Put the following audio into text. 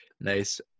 nice